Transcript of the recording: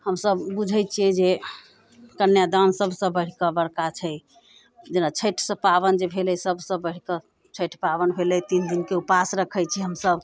हमसभ बुझैत छियै जे कन्यादान सभ सभसँ बढ़ि कऽ बड़का छै जेना छठि सभ पाबनि जे भेलै सभसँ बढ़ि कऽ छठि पाबनि भेलै तीन दिनके उपवास रखैत छी हमसभ